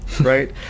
right